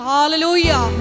Hallelujah